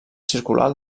circular